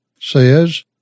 says